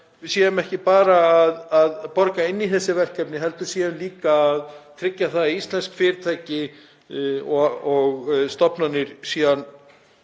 við séum ekki bara að borga í þessi verkefni heldur séum líka að tryggja það að íslensk fyrirtæki og stofnanir fái